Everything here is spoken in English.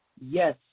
Yes